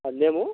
आ लेमु